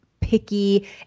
picky